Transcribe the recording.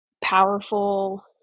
powerful